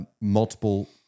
multiple